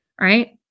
right